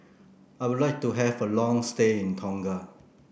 I would like to have a long stay in Tonga